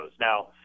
Now